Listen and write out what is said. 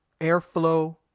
airflow